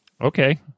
Okay